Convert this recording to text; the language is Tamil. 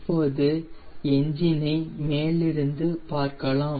இப்போது என்ஜின் ஐ மேலிருந்து பார்க்கலாம்